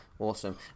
Awesome